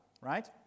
right